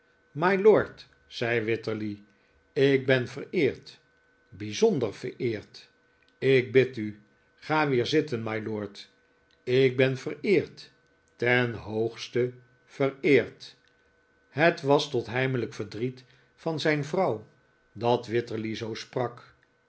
mylord zei wititterly ik ben vereerd bijzonder vereerd ik bid u ga weer zitten mylord ik ben vereerd ten hoogste vereerd het was tot heimelijk verdriet van zijn vrouw dat wititterly zoo sprak